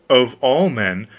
of all men,